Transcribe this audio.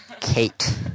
Kate